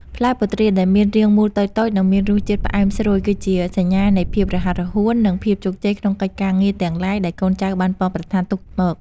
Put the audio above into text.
ផ្លែពុទ្រាដែលមានរាងមូលតូចៗនិងមានរសជាតិផ្អែមស្រួយគឺជាសញ្ញានៃភាពរហ័សរហួន និង ភាពជោគជ័យក្នុងកិច្ចការងារទាំងឡាយដែលកូនចៅបានប៉ងប្រាថ្នាទុកមក។